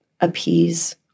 appease